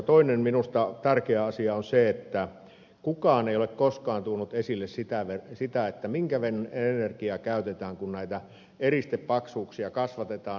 toinen minusta tärkeä asia on se että kukaan ei ole koskaan tuonut esille sitä minkä verran energiaa käytetään kun näitä eristepaksuuksia kasvatetaan